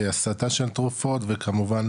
הסתה של תרופות וכמובן,